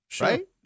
right